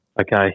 okay